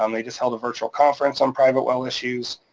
um they just held a virtual conference on private well issues,